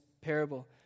parable